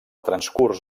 transcurs